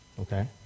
okay